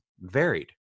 varied